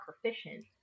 proficient